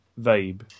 vibe